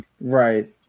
Right